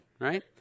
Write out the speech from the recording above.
Right